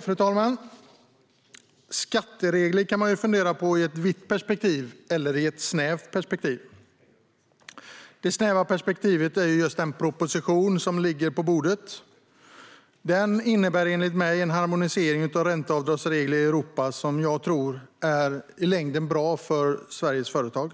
Fru talman! Skatteregler kan man fundera på i ett vitt perspektiv och i ett snävt perspektiv. Det snäva perspektivet finns just i den proposition som ligger på bordet. Den innebär enligt mig en harmonisering av ränteavdragsregler i Europa som jag tror i längden är bra för svenska företag.